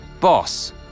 boss